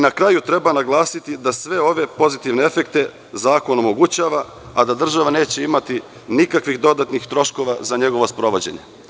Na kraju treba naglasiti da sve ove pozitivne efekte zakon omogućava, a da država neće imati nikakvih dodatnih troškova za njegovo sprovođenje.